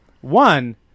One